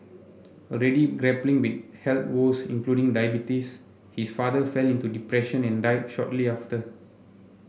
already grappling with health woes including diabetes his father fell into depression and died shortly after